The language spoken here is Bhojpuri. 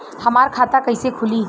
हमार खाता कईसे खुली?